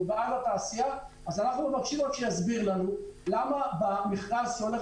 אז אנחנו מבקשים שיסביר לנו למה במכרז שהולך